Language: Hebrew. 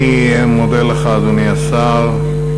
אני מודה לך, אדוני השר.